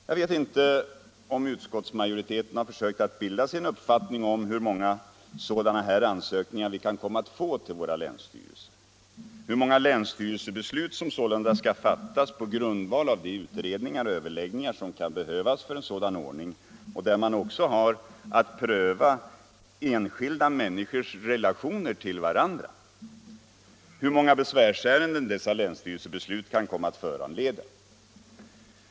Jag vet inte om utskottsmajoriteten har försökt att bilda sig en uppfattning om hur många sådana här ansökningar vi kan komma att få till våra länsstyrelser — hur många länsstyrelsebeslut som sålunda skall fattas på grundval av de utredningar och överläggningar som kan behövas för en sådan ordning, där man också har att pröva enskilda människors relationer till varandra. Jag vet inte hur många besvärsärenden dessa länsstyrelsebeslut kan komma att föranleda.